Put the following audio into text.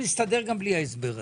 נסתדר גם בלי ההסבר הזה.